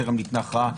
טרם ניתנה הכרעה,